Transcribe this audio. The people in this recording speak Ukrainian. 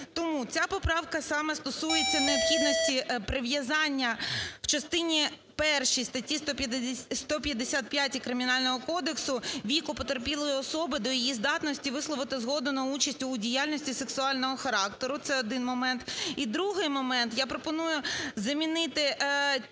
Тому ця поправка саме стосується необхідності прив'язання в частині першій статті 155 Кримінального кодексу віку потерпілої особи до її здатності висловити згоду на участь у діяльності сексуального характеру. Це один момент. І другий момент, я пропоную замінити ті